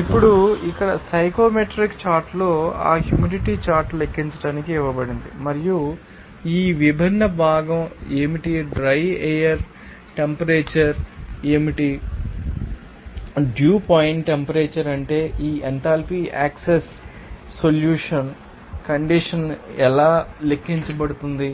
ఇప్పుడు ఇక్కడ సైక్రోమెట్రిక్ చార్టులో ఆ హ్యూమిడిటీ చార్ట్ను లెక్కించడానికి ఇవ్వబడింది మరియు ఆ విభిన్న భాగం ఏమిటి డ్రై ఎయిర్ టెంపరేచర్ ఏమిటి డ్యూ పాయింట్ టెంపరేచర్ అంటే ఆ ఎంథాల్పీ యాక్సెస్ సొల్యూషన్ కండిషన్ ఎలా లెక్కించబడుతుంది